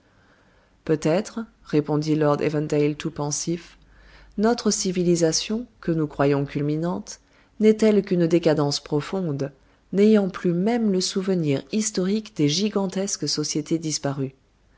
peut-être répondit lord evandale tout pensif notre civilisation que nous croyons culminante n'est-elle qu'une décadence profonde n'ayant plus même le souvenir historique des gigantesques sociétés disparues